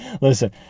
Listen